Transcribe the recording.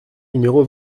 numéro